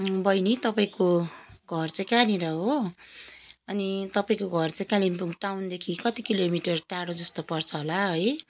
बहिनी तपाईँको घर चाहिँ कहाँनिर हो अनि तपाईँको घर चाहिँ कालिम्पोङ टाउनदेखि कति किलोमीटर टाढो जस्तो पर्छ होला है